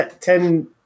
ten